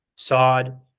sod